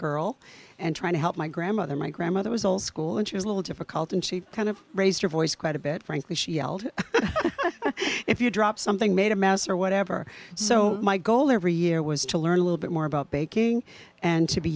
girl and trying to help my grandmother my grandmother was old school and she was a little difficult and she kind of raised her voice quite a bit frankly she yelled if you drop something made a mess or whatever so my goal every year was to learn a little bit more about baking and to be